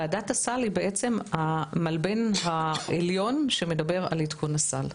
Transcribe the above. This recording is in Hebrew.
ועדת הסל היא בעצם המלבן העליון שמדבר על עדכון הסל,